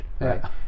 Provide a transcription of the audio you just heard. Right